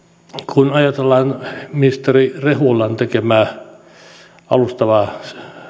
kun ajatellaan ministeri rehulan tekemää alustavaa